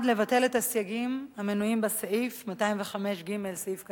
לבטל את הסייגים המנויים בסעיף 205ג(ב),